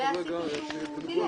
והסעיפים עליהם היושב ראש